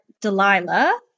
Delilah